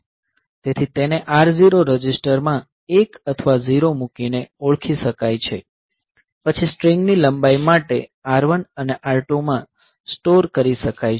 તેથી તેને R0 રજિસ્ટરમાં 1 અથવા 0 મૂકીને ઓળખી શકાય છે પછી સ્ટ્રીંગની લંબાઈ માટે R1 અને R2 માં સ્ટોર કરી શકાય છે